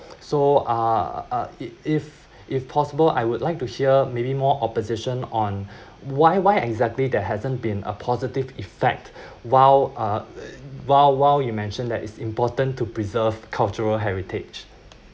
so uh it if if possible I would like to hear maybe more opposition on why why exactly there hasn't been a positive effect while uh while while you mentioned that it's important to preserve cultural heritage